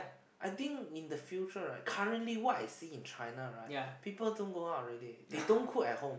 I think in the future right currently what I see in China right people don't go out already they don't cook at home